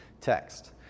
text